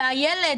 והילד,